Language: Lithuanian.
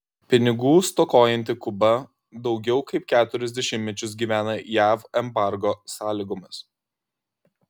pinigų stokojanti kuba daugiau kaip keturis dešimtmečius gyvena jav embargo sąlygomis